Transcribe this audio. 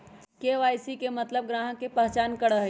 KYC के मतलब ग्राहक का पहचान करहई?